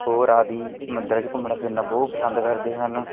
ਹੋਰ ਆਦਿ ਮੰਦਰਾਂ ਚ ਘੁੰਮਣਾ ਫਿਰਨਾ ਬਹੁਤ ਪਸੰਦ ਕਰਦੇ ਹਨ